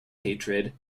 hatred